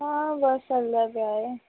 ਹਾਂ ਬੱਸ ਚੱਲਦਾ ਪਿਆ ਹੈ